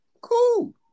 Cool